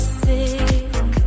sick